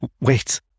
Wait